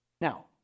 Now